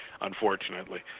unfortunately